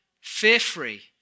fear-free